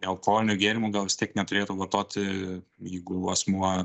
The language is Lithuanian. alkoholinių gėrimų gal vis tiek neturėtų vartoti jeigu asmuo